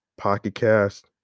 PocketCast